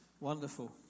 Wonderful